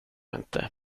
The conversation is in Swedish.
inte